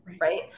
right